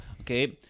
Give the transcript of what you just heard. Okay